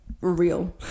real